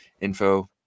info